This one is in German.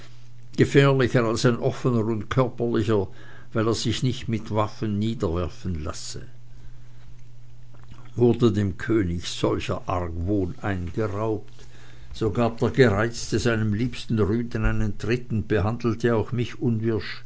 gefährlicher als ein offener und körperlicher weil er sich nicht mit waffen niederwerfen lasse wurde dem könig solcher argwohn eingeraunt so gab der gereizte seinem liebsten rüden einen tritt und behandelte auch mich